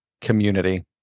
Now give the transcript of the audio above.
community